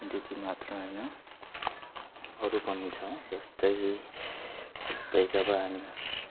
त्यति मात्र होइन अरू पनि छ जस्तै जस्तै जब हामी